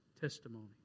testimony